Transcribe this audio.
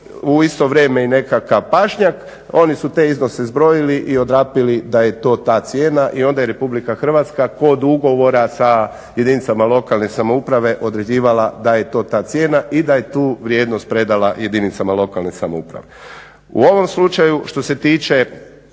u isto vrijeme i nekakav pašnjak, oni su te iznose zbrojili i odrapili da je to ta cijena. I onda je RH kod ugovora sa jedinicama lokalne samouprave određivala da je to ta cijena i da je tu vrijednost predala jedinicama lokalne samouprave. U ovom slučaju što se tiče